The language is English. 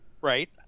right